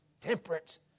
temperance